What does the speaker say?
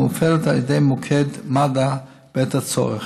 המופעלת על ידי מוקד מד"א בעת הצורך.